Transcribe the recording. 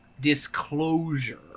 Disclosure